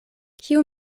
kiu